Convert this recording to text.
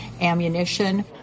ammunition